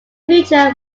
future